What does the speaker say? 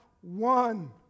one